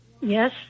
yes